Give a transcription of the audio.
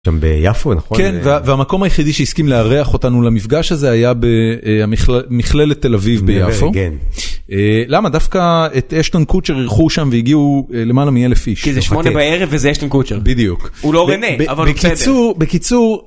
ביפו נכון והמקום היחידי שהסכים לארח אותנו למפגש הזה היה במכללת תל אביב ביפו. למה דווקא את אשטון קוטשר הלכו שם והגיעו למעלה מ-1000 איש. כי זה שמונה בערב וזה אשטון קוטשר. בדיוק. הוא לא רנה אבל הוא קצת. בקיצור.